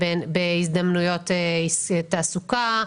בהזדמנויות תעסוקה,